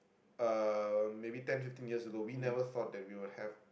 uh maybe ten fifteen years ago we never thought that we will have